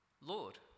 Lord